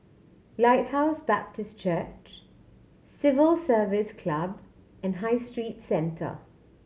Lighthouse Baptist Church Civil Service Club and High Street Centre